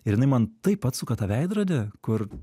ir jinai man taip atsuka tą veidrodį kur